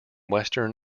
western